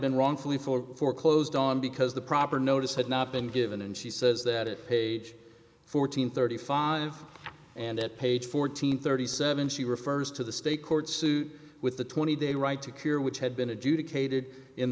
been wrongfully for foreclosed on because the proper notice had not been given and she says that it page fourteen thirty five and it page fourteen thirty seven she refers to the state court suit with the twenty day right to cure which had been a